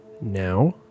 now